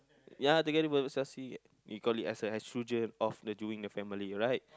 ya together we shall see we call it as have children off to doing the family alright